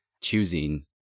Choosing